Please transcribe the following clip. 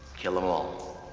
kill them all.